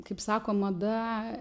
kaip sako mada